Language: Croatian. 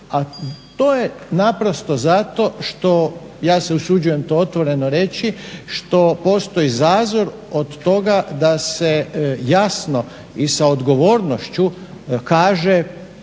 a to je naprosto zato što ja se usuđujem to otvoreno reći što postoji zazor od toga da se jasno i sa odgovornošću kaže